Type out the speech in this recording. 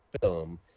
film